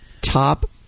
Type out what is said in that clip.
top